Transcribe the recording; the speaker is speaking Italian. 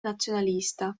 nazionalista